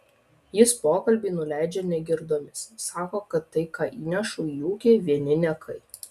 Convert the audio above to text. jis pokalbį nuleidžia negirdomis sako kad tai ką įnešu į ūkį vieni niekai